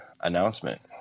announcement